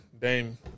Dame